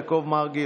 יעקב מרגי,